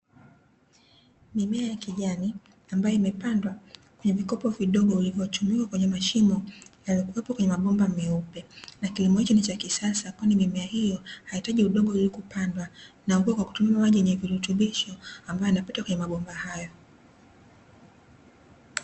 Mimea ya kijani ambayo imepandwa kwenye vikopo vidogo ,vilivyochomekwa kwenye mashimo yaliyokuwepo kwenye mabomba meupe, na kilimo hicho ni cha kisasa kwani mimea hiyo haihitaji udongo ili kupandwa, na kumwagiliwa maji yenye virutubisho ambayo yanapita kwenye mabomba hayo.